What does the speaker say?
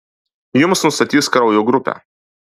jums nustatys kraujo grupę